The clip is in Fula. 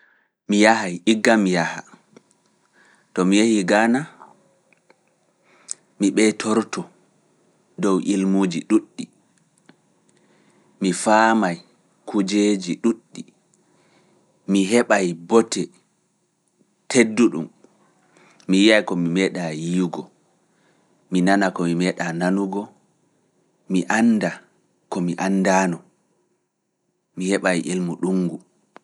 Mi yahay, iggan mi yaha, to mi yehii Gaana, mi ɓeitorto dow ilmuuji ɗuuɗɗi, mi faamaay kujeeji ɗuuɗɗi, mi heɓaay bote tedduɗum, mi yi'aay ko mi meeɗaay yiyugo, mi nana ko mi meeɗaay nanugo, mi annda ko mi anndaano, mi heɓaay ilmu ɗungu.